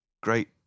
great